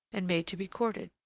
and made to be courted.